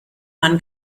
man